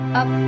up